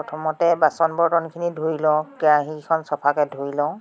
প্ৰথমতে বাচন বৰ্তনখিনি ধুই লওঁ কেৰাহিখন চফাকৈ ধুই লওঁ